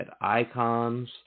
icons